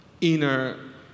inner